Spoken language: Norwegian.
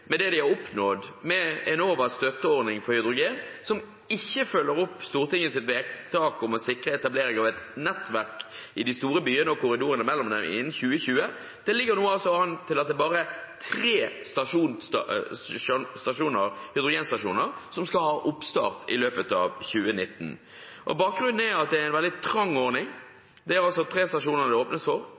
med det de har oppnådd, med Enovas støtteordning for hydrogen, som ikke følger opp Stortingets vedtak om å sikre etablering av et nettverk i de store byene og korridorene mellom dem innen 2020? Det ligger altså an til at det bare er tre hydrogenstasjoner som skal ha oppstart i løpet av 2019. Bakgrunnen er at det er en veldig trang ordning. Det er altså tre stasjoner det åpnes for,